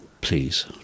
please